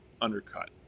undercut